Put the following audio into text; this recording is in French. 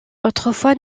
autrefois